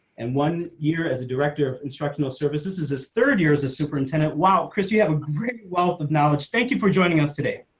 and one year as a director of instructional services is this third year as a superintendent. wow. chris, you have a great wealth of knowledge. thank you for joining us today.